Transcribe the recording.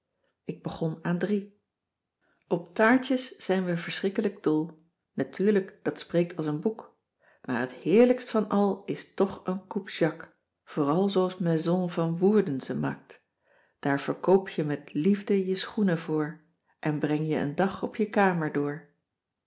ik begon aan iii op taartjes zijn we verschrikkelijk dol natuurlijk dat spreekt als een boek maar het heerlijkst van al is toch een coupe jacques vooral zooals maison van woerden ze maakt daar verkoop je met liefde je schoenen voor en breng je een dag op je kamer door